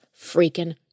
freaking